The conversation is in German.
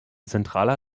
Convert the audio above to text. zentraler